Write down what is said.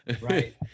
right